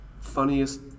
funniest